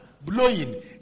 blowing